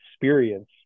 experience